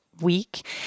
week